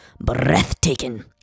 breathtaking